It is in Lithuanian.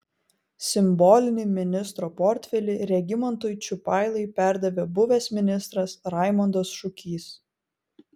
simbolinį ministro portfelį regimantui čiupailai perdavė buvęs ministras raimondas šukys